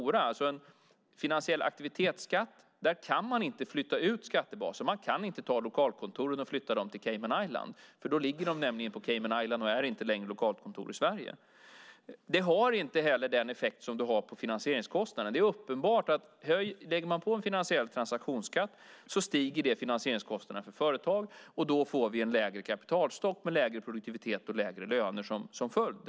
När det gäller en finansiell aktivitetsskatt kan man inte flytta ut skattebaser. Man kan inte flytta lokalkontoren till Caymanöarna, för då ligger de nämligen på Caymanöarna och är inte längre lokalkontor i Sverige. Det har inte heller den effekt som det har på finansieringskostnaden. Det är uppenbart att om man lägger på en finansiell transaktionsskatt stiger finansieringskostnaderna för företagen, och då får vi en lägre kapitalstock med lägre produktivitet och lägre löner som följd.